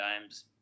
Dimes